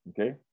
okay